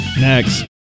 Next